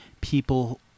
people